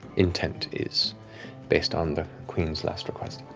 intent is based on the queen's last request.